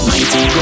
Mighty